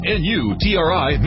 n-u-t-r-i